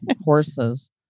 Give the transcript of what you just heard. horses